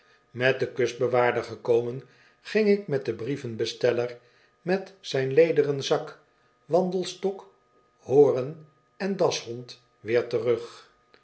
met den icustbewaarder gekomen ging ik met den brievenbesteller met zijn lederen zak wandelstok horen en dashond weer terug